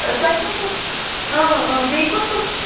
تۅہہِ کٔم کٔم إں إں بیٚیہِ کُس کُس